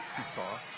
i saw